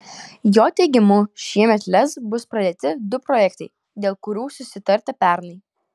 jo teigimu šiemet lez bus pradėti du projektai dėl kurių susitarta pernai